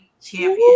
champion